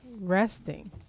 resting